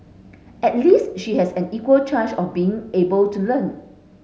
at least she has an equal chance of being able to learn